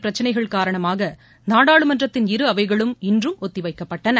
பிரச்சினைகள் காரணமாக நாடாளுமன்றத்தின் இரு அவைகளும் இன்றும் ஒத்திவைக்கப்பட்டன